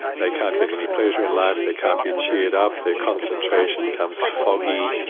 they can't get any pleasure in life, they can't be cheered up, their concentration becomes foggy.